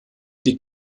die